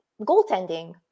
Goaltending